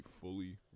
fully